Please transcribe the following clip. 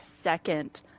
second